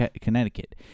Connecticut